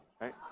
right